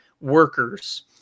workers